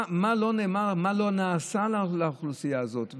מה לא נאמר, מה לא נעשה לאוכלוסייה הזאת.